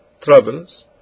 troubles